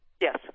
Yes